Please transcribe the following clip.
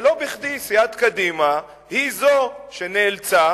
שלא בכדי סיעת קדימה היא זו שנאלצה,